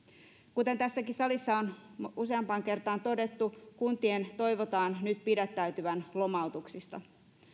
kuten tässäkin salissa on useampaan kertaan todettu kuntien toivotaan nyt pidättäytyvän lomautuksista